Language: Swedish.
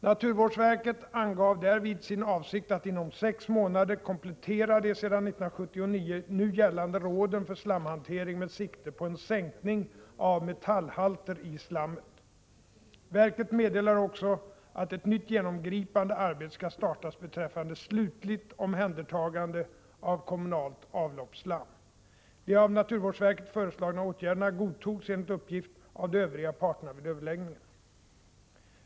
Naturvårdsverket angav därvid sin avsikt att inom sex månader komplettera de sedan 1979 nu gällande råden för slamhantering med sikte på en sänkning av metallhalter i slammet. Verket meddelade också att ett nytt genomgripande arbete skall startas beträffande slutligt omhändertagande av kommunalt avloppsslam. De av naturvårdsverket föreslagna åtgärderna godtogs enligt uppgift av de Övriga parterna vid överläggningen.